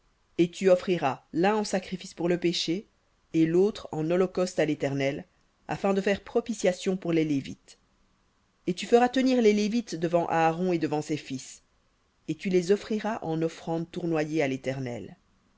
et tu offriras l'un en sacrifice pour le péché et l'autre en holocauste à l'éternel afin de faire propitiation pour les lévites et tu feras tenir les lévites devant aaron et devant ses fils et tu les offriras en offrande tournoyée à l'éternel